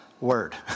word